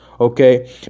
okay